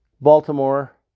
Baltimore